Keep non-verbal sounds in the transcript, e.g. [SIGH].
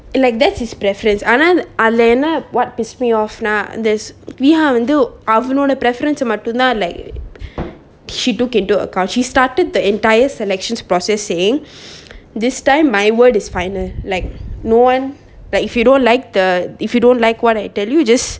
like that his preference ஆனா அதுல என்ன:aana athula enna what piss me off னா:na this weeha வந்து அவனோட:vanthu avanoda preference ah மட்டும் தான்:mattum than like she took into account she started the entire selections processing [BREATH] this time my word is final like no one but if you don't like the if you don't like what I tell you just